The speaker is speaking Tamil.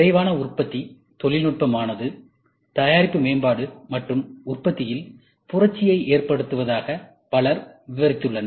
விரைவான உற்பத்தி தொழில் நுட்பமானது தயாரிப்பு மேம்பாடு மற்றும் உற்பத்தியில் புரட்சியை ஏற்படுத்துவதாக பலர் விவரித்துள்ளனர்